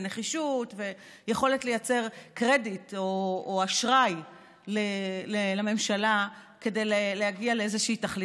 נחישות ויכולת לייצר אשראי לממשלה כדי להגיע לאיזושהי תכלית,